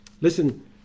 Listen